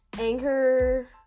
Anchor